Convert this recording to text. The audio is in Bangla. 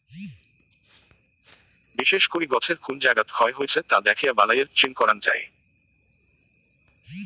বিশেষ করি গছের কুন জাগাত ক্ষয় হইছে তা দ্যাখিয়া বালাইয়ের চিন করাং যাই